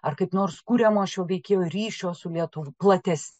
ar kaip nors kuriamo šio veikėjo ryšio su lietuv plates